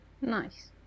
Nice